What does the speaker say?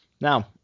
Now